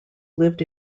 lived